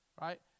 right